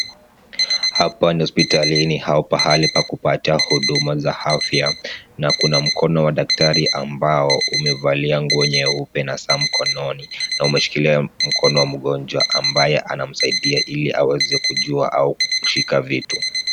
Hapa ni hospitalini au pahali pa kupata huduma za afya, na kuna mkono wa daktari ambao umevalia nguo nyeupe na saa mkononi, na umeshikilia mkono wa mgonjwa, ambaye anamsaidia ili aweze kujua au kushika vitu.